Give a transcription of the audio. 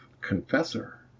confessor